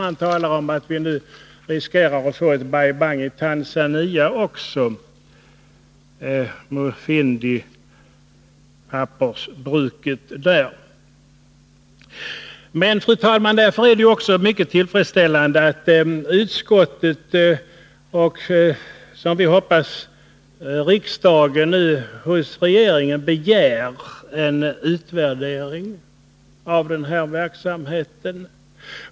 Man talar om att vi nu riskerar att få ett Bai Bang i Tanzania också. Det gäller pappersbruket i Mufindi. Därför, fru talman, är det mycket tillfredsställande att utskottet och som jag hoppas också riksdagen nu hos regeringen begär en utvärdering av vår biståndsverksamhet.